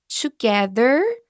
together